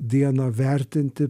dieną vertinti